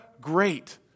great